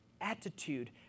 attitude